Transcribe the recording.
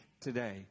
today